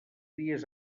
dies